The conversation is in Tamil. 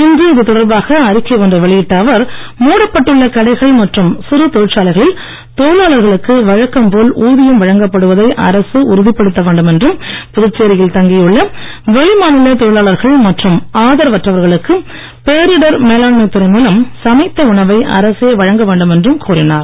இன்று இது தொடர்பாக அறிக்கை ஒன்றை வெளியிட்ட அவர் மூடப்பட்டுள்ள கடைகள் மற்றும் சிறு தொழிற்சாலைகளில் தொழிலாளர்களுக்கு வழக்கம் போல் ஊதியம் வழங்கப் படுவதை அரசு உறுதிப்படுத்த வேண்டும் என்றும் புதுச்சேரியில் தங்கி உள்ள வெளிமாநில தொழிலாளர்கள் மற்றும் ஆதரவற்றவர்களுக்கு பேரிடர் மேலாண்மைத் துறை மூலம் சமைத்த உணவை அரசே வழங்க வேண்டும் என்றும் கோரினார்